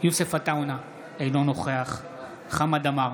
יוסף עטאונה, אינו נוכח חמד עמאר,